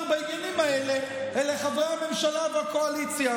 בעניינים האלה הם חברי הממשלה והקואליציה.